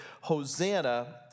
Hosanna